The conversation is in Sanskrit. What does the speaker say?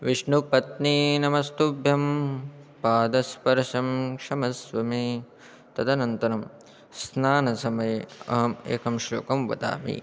विष्णुपत्नि नमस्तुभ्यं पादस्पर्शं क्षमस्व मे तदनन्तरं स्नानसमये अहम् एकं श्लोकं वदामि